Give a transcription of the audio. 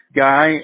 guy